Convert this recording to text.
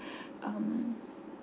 um